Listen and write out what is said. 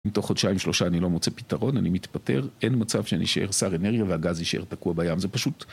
אם תוך חודשיים שלושה אני לא מוצא פתרון, אני מתפטר, אין מצב שאני אשאר שר אנרגיה והגז ישאר תקוע בים, זה פשוט..